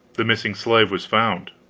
the missing slave was found.